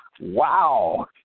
wow